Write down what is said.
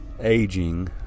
aging